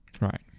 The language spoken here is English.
Right